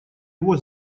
его